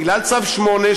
בגלל צו 8,